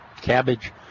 cabbage